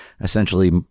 essentially